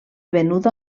venuda